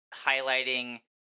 highlighting